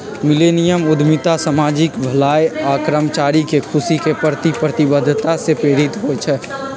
millennium उद्यमिता सामाजिक भलाई आऽ कर्मचारी के खुशी के प्रति प्रतिबद्धता से प्रेरित होइ छइ